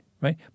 right